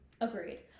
Agreed